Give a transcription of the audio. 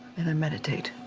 and i meditate.